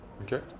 okay